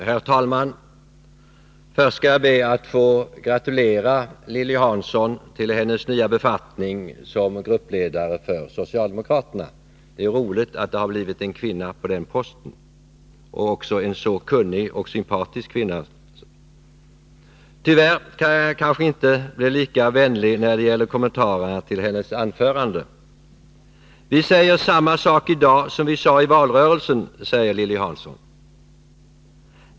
Herr talman! Först skall jag be att få gratulera Lilly Hansson till hennes nya befattning som gruppledare för socialdemokraterna. Det är roligt att det har blivit en kvinna på den posten och dessutom en så kunnig och sympatisk kvinna. Tyvärr kan jag kanske inte vara lika vänlig när det gäller kommentarerna med anledning av hennes anförande. Vi säger detsamma i dag som i valrörelsen, påstår Lilly Hansson.